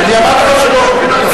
אני אמרתי שלא,